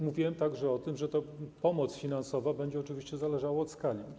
Mówiłem także o tym, że ta pomoc finansowa będzie oczywiście zależała od skali.